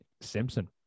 simpson